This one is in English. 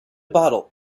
bottle